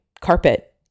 carpet